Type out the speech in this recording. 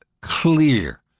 clear